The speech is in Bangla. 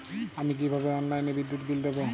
আমি কিভাবে অনলাইনে বিদ্যুৎ বিল দেবো?